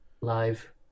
live